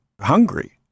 hungry